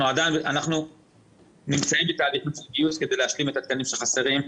אנחנו נמצאים בתהליך של גיוס כדי להשלים התקנים שחסרים.